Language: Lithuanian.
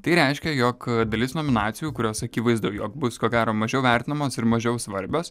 tai reiškia jog dalis nominacijų kurios akivaizdu jog bus ko gero mažiau vertinamos ir mažiau svarbios